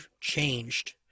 changed